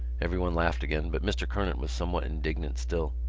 everyone laughed again but mr. kernan was somewhat indignant still.